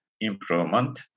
improvement